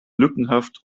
lückenhaft